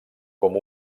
com